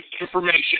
information